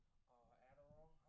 Adderall